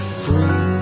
free